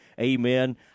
amen